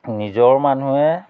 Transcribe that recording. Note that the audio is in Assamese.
নিজৰ মানুহে